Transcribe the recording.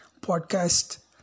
podcast